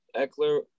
Eckler